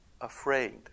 afraid